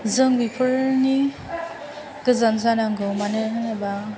जों बेफोरनि गोजान जानांगौ मानो होनोबा